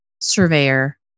surveyor